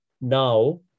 now